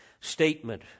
statement